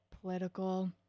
political